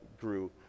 grew